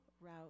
route